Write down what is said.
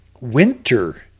winter